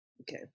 okay